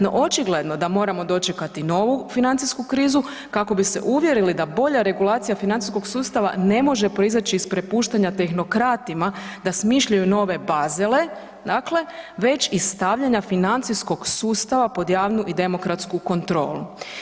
No očigledno da moramo dočekati novu financijsku krizu kako bi se uvjerili da bolja regulacija financijskog sustava ne može proizaći iz prepuštanja tehnokratima da smišljaju nove Basele dakle, već i stavljanja financijskog sustava pod javnu i demokratsku kontrolu.